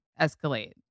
escalate